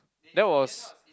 that was